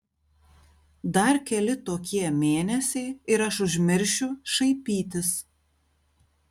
dar keli tokie mėnesiai ir aš užmiršiu šaipytis